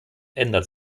ändert